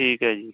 ਠੀਕ ਹੈ ਜੀ